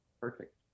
Perfect